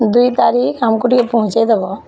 ଦୁଇ ତାରିଖ୍ ଆମ୍କୁ ଟିକେ ପହୁଁଞ୍ଚେଇ ଦେବ